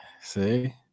See